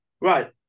Right